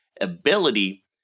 Ability